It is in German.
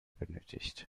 benötigt